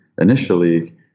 initially